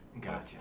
Gotcha